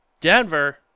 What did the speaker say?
Denver